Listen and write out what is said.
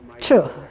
True